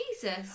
Jesus